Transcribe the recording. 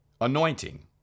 anointing